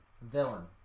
villain